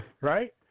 right